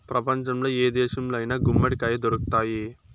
ప్రపంచంలో ఏ దేశంలో అయినా గుమ్మడికాయ దొరుకుతాయి